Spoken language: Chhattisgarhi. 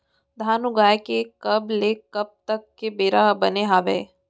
धान उगाए के कब ले कब तक के बेरा बने हावय?